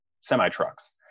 semi-trucks